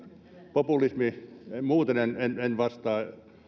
populismi muuten en vastaa